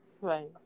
Right